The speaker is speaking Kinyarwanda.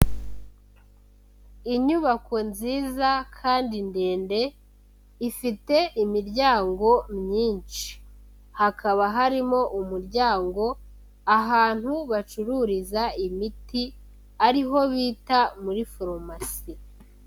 Inyubako nziza kandi ndende, ifite imiryango myinshi, hakaba harimo umuryango, ahantu bacururiza imiti, ari ho bita muri forumasi.